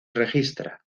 registra